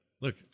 Look